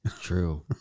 True